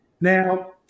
Now